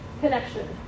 connection